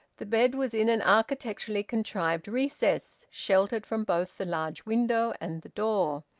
the bed was in an architecturally contrived recess, sheltered from both the large window and the door.